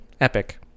epic